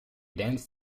danced